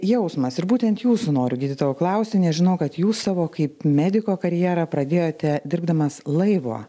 jausmas ir būtent jūsų noriu gydytojo klausti nežinojau kad jūs savo kaip mediko karjerą pradėjote dirbdamas laivo